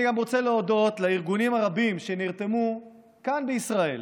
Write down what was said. אני רוצה להודות גם לארגונים הרבים שנרתמו כאן בישראל